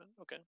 okay